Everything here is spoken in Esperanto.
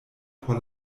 por